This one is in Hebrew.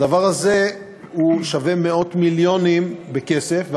הדבר הזה שווה מאות מיליונים בכסף,